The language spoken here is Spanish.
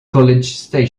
college